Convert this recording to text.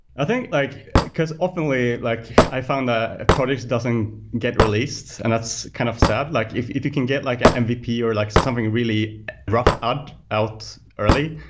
i think, like because often, like i find that products doesn't get released, and that's kind of sad. like if if you can get like ah mvp or like something really rough out out early,